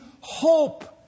hope